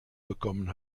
bekommen